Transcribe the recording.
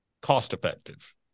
cost-effective